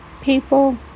people